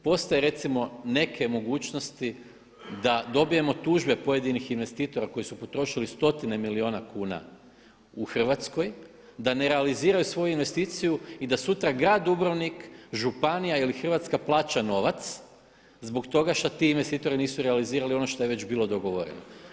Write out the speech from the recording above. Postoje recimo neke mogućnosti da dobijemo tužbe pojedinih investitora koji su potrošili stotine milijuna kuna u Hrvatskoj, da ne realiziraju svoju investiciju i da sutra Grad Dubrovnik, županija ili Hrvatska plaća novac zbog toga što ti investitori nisu realizirali ono što je već bilo dogovoreno.